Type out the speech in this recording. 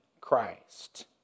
Christ